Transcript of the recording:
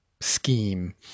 scheme